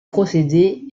procédé